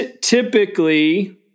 typically